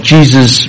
Jesus